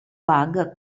bug